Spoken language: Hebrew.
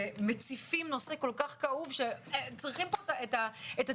שכשמציפים נושא כל כך כאוב צריכים את הטיפול.